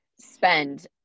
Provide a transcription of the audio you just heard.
spend